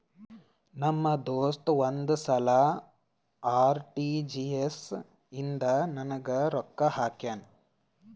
ನಮ್ ದೋಸ್ತ ಒಂದ್ ಸಲಾ ಆರ್.ಟಿ.ಜಿ.ಎಸ್ ಇಂದ ನಂಗ್ ರೊಕ್ಕಾ ಹಾಕ್ಯಾನ್